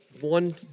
one